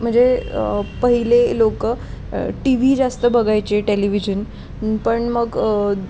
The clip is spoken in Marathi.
म्हणजे पहिले लोकं टी व्ही जास्त बघायचे टेलिव्हिजन पण मग